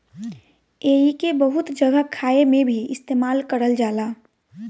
एइके बहुत जगह खाए मे भी इस्तेमाल करल जाला